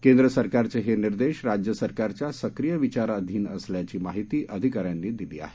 केंद्र सरकारचे हे निर्देश राज्य सरकारच्या सक्रीय विचाराधीन असल्याची माहिती अधिकाऱ्यांनी दिली आहे